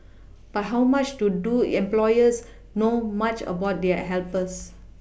but how much to do employers know much about their helpers